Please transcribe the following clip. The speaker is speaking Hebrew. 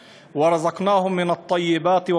ונשאנו אותם על פני היבשה והים,